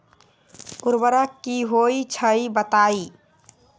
उर्वरक की होई छई बताई?